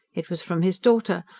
it was from his daughter,